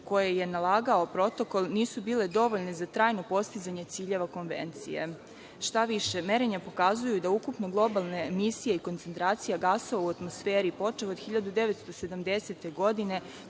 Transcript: koje je nalagao protokol nisu bile dovoljne za trajno postizanje ciljeva Konvencije. Štaviše, merenja pokazuju da ukupna globalna emisija i koncentracija gasova u atmosferi počev od 1970. godine